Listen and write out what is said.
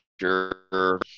sure